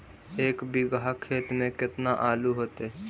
एक बिघा खेत में केतना आलू होतई?